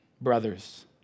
brothers